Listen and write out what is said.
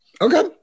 Okay